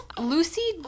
Lucy